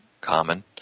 common